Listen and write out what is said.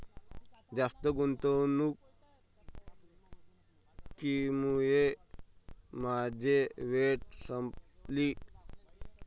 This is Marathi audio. जास्त गुंतवणुकीमुळे माझी ठेव संपली